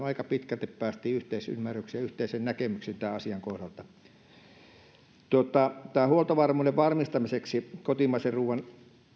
aika pitkälti pääsimme yhteisymmärrykseen ja yhteiseen näkemykseen tämän asian kohdalta tämän huoltovarmuuden varmistamiseksi kotimaisen ruoan